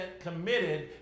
committed